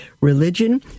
Religion